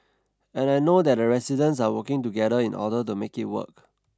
and I know that the residents are working together in order to make it work